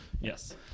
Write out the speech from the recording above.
Yes